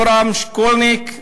יורם שקולניק,